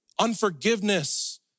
Unforgiveness